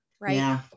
Right